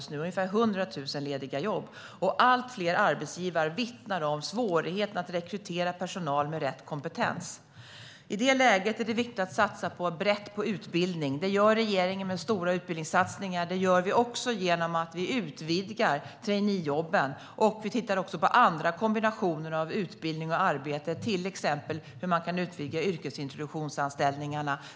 Det finns ungefär 100 000 lediga jobb, och allt fler arbetsgivare vittnar om svårigheten att rekrytera personal med rätt kompetens. I det läget är det viktigt att satsa brett på utbildning. Det gör regeringen med stora utbildningssatsningar och genom att utvidga traineejobben. Vi tittar också på andra kombinationer av utbildning och arbete, till exempel hur man kan utvidga yrkesintroduktionsanställningarna.